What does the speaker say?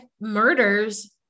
murders